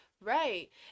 Right